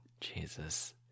Jesus